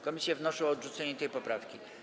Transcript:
Komisje wnoszą o odrzucenie tej poprawki.